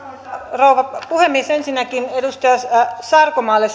rouva puhemies ensinnäkin edustaja sarkomaalle